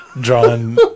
drawing